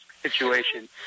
situation